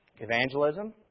Evangelism